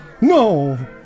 No